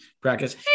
practice